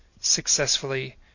successfully